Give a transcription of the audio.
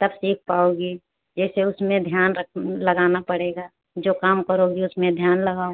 तब सीख पाओगी जैसे उसमे ध्यान रख लगाना पड़ेगा जो काम करोगी उसमे ध्यान लगाओ